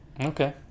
Okay